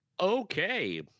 Okay